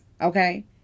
Okay